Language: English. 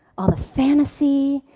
all the fantasy,